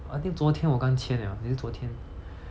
I think 昨天我刚签 liao is it 昨天